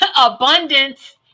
abundance